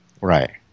Right